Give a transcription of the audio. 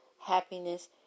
happiness